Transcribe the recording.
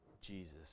Jesus